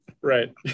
right